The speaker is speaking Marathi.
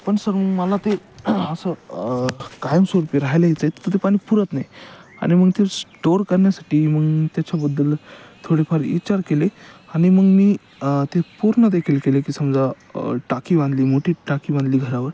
पण सर मला ते असं कायम स्वरूपी राहायला यायचं आहे तर ते पाणी पुरत नाही आणि मग ते स्टोअर करण्यासाठी मग त्याच्याबद्दल थोडेफार विचार केले आणि मग मी ते पूर्णदेखील केले की समजा टाकी बांधली मोठी टाकी बांधली घरावर